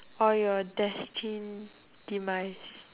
or your destine demise